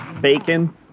bacon